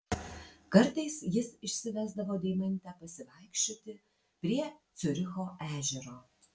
kartais jis išsivesdavo deimantę pasivaikščioti prie ciuricho ežero